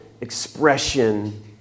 expression